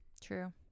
True